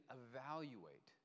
evaluate